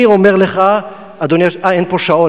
אני אומר לך, אדוני היושב-ראש, אה, אין פה שעון.